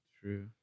True